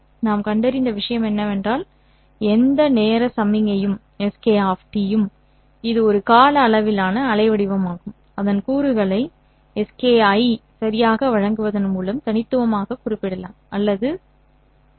நாம் கண்டறிந்த விஷயம் என்னவென்றால் எந்த நேர சமிக்ஞை Sk இது ஒரு கால அளவிலான அலைவடிவமாகும் அதன் கூறுகளை Ski சரியாக வழங்குவதன் மூலம் தனித்துவமாக குறிப்பிடலாம் அல்லது குறிப்பிடலாம்